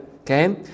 okay